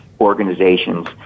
organizations